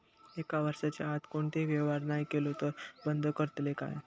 एक वर्षाच्या आत कोणतोही व्यवहार नाय केलो तर ता बंद करतले काय?